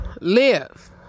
live